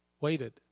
waited